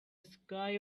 sky